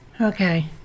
Okay